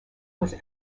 was